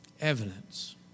evidence